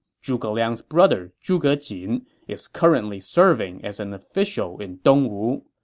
zhuge liang's brother zhuge jin is currently serving as an official in dongwu.